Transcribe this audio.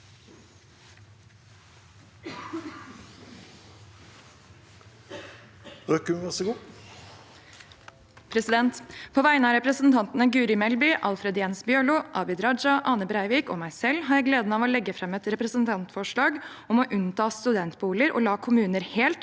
På vegne av representantene Guri Melby, Alfred Jens Bjørlo, Abid Raja, Ane Breivik og meg selv har jeg gleden av å fram sette et representantforslag om å unnta studentboliger og la kommuner helt